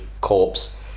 corpse